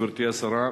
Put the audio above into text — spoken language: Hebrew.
גברתי השרה,